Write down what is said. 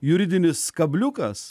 juridinis kabliukas